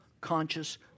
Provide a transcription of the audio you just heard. conscious